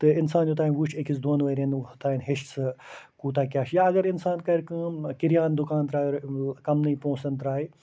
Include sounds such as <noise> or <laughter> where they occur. تہٕ اِنسان یوٚتام وٕچھ أکِس دۄن ؤریَن <unintelligible> اوٚتام ہیٚچھِ سُہ کوٗتاہ کیٛاہ چھِ یا اَگر اِنسان کرِ کٲم کِریان دُکان ترٛاوِ <unintelligible> کَمنٕے پونٛسَن ترٛاوِ